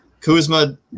kuzma